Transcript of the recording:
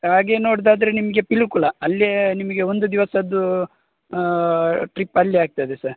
ಹಾಗೆ ನೋಡೋದಾದ್ರೆ ನಿಮಗೆ ಪಿಲಿಕುಳ ಅಲ್ಲೇ ನಿಮಗೆ ಒಂದು ದಿವಸದ್ದು ಟ್ರಿಪ್ ಅಲ್ಲಿ ಆಗ್ತದೆ ಸರ್